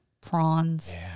prawns